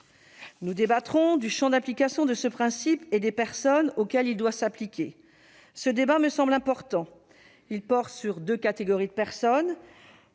Nous débattrons du champ d'application de ce principe et des personnes auxquelles il doit s'appliquer, une question qui me semble importante. Deux catégories de personnes